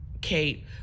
Kate